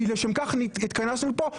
כי לשם כך התכנסנו פה.